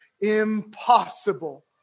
impossible